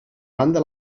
randa